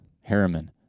Harriman